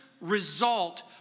result